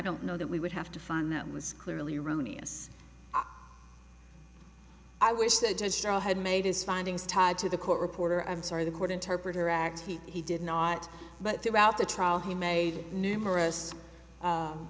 don't know that we would have to find them was clearly erroneous i wish the distro had made his findings tied to the court reporter i'm sorry the court interpreter x he did not but throughout the trial he made numerous